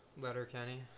Letterkenny